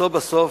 בסוף בסוף,